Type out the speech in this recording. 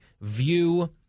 view